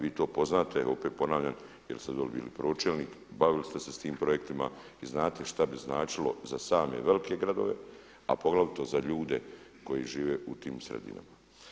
Vi to poznajete, opet ponavljam jer ste dolje bili pročelnik, bavili ste se sa tim projektima i znate šta bi značilo za same velike gradove a poglavito za ljude koji žive u tim sredinama.